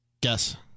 Guess